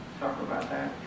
talk about that.